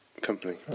company